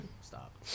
stop